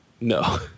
No